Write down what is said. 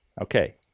okay